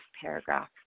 paragraph